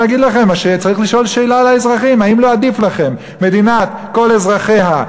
צריך לשאול את האזרחים: האם לא עדיף לכם מדינת כל אזרחיה,